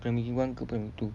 primary one ke primary two